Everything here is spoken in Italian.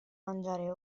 mangiare